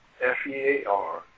F-E-A-R